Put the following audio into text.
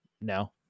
No